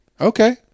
Okay